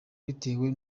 bitewe